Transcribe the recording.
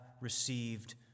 received